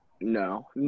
No